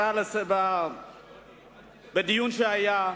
בדיון שהיה.